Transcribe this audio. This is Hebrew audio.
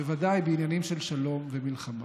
בוודאי בעניינים של שלום ומלחמה.